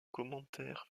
commentaires